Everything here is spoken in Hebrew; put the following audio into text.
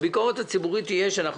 הביקורת הציבורית תהיה על כך שכשאנחנו